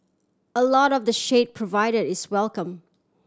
a lot of the shade provided is welcome